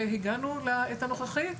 והגענו לתערוכה הנוכחית,